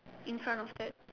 in front of that